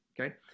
Okay